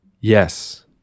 Yes